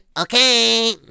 Okay